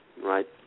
Right